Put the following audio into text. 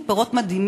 13 מסעוד גנאים